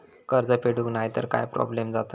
कर्ज फेडूक नाय तर काय प्रोब्लेम जाता?